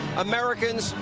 americans,